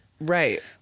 Right